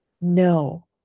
No